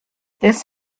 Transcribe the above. this